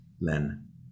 Len